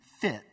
fit